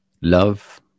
love